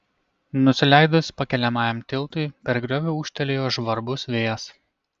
nusileidus pakeliamajam tiltui per griovį ūžtelėjo žvarbus vėjas